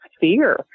fear